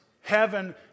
Heaven